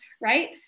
right